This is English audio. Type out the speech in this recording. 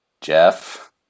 Jeff